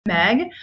Meg